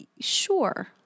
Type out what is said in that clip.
sure